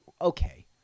okay